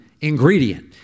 ingredient